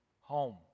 Home